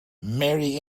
marry